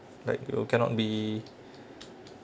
like you cannot be